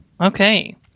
okay